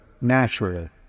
natural